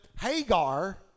Hagar